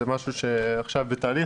זה משהו עכשיו בתהליך.